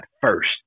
first